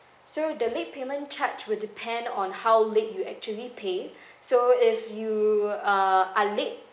so the late payment charge will depend on how late you actually pay so if you err are late